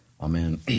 amen